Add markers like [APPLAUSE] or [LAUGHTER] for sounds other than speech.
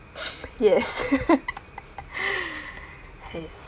yes [LAUGHS] yes